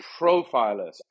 profilers